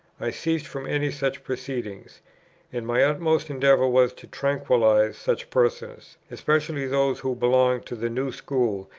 i ceased from any such proceedings and my utmost endeavour was to tranquillize such persons, especially those who belonged to the new school,